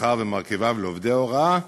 שכר ומרכיביו לעובדי הוראה,